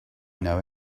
know